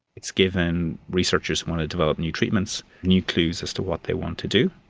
it's given researchers want to develop new treatments new clues as to what they want to do.